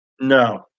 No